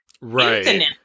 Right